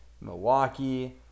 Milwaukee